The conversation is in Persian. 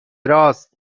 راست